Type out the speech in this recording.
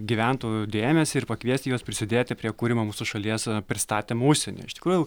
gyventojų dėmesį ir pakviesti juos prisidėti prie kūrimo mūsų šalies pristatymų užsienyje iš tikrųjų